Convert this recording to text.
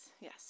yes